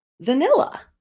vanilla